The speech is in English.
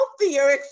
healthier